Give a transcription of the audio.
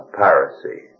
piracy